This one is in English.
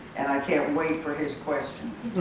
and i can't wait for his questions.